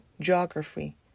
geography